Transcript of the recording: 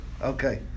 okay